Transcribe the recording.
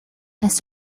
las